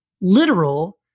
literal